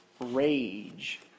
rage